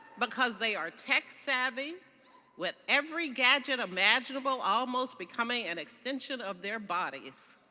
because they are tech savvy with every gadget imaginable almost becoming an extension of their bodies.